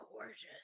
gorgeous